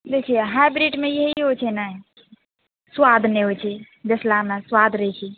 देखिए हाइब्रिडमे यही होइ छै ने सुआद नहि होइ छै देशलामे सुआद रहै छै